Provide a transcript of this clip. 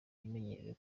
imenyerewe